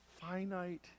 finite